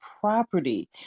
property